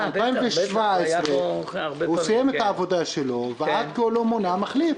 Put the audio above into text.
ב-2017 הוא סיים את עבודתו ועד כה לא מונה מחליף,